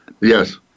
Yes